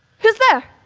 who's there?